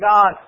God